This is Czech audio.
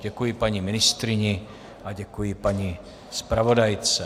Děkuji paní ministryni a děkuji paní zpravodajce.